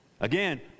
Again